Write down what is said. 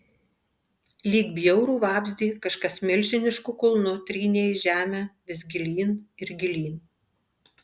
lyg bjaurų vabzdį kažkas milžinišku kulnu trynė į žemę vis gilyn ir gilyn